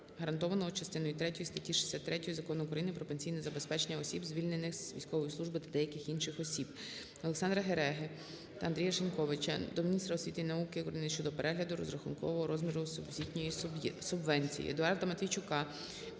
гарантованого частиною 3 статті 63 Закону України "Про пенсійне забезпечення осіб, звільнених з військової служби, та деяких інших осіб". Олександра Гереги та Андрія Шиньковича до міністра освіти і науки України щодо перегляду розрахованого розміру освітньої субвенції. Едуарда Матвійчука